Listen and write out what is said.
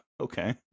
okay